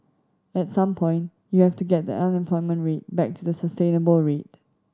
at some point you have to get the unemployment rate back to the sustainable rate